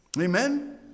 Amen